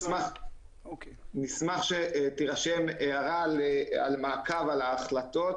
נשמח שתירשם הערה לגבי מעקב אחר ההחלטות